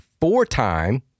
four-time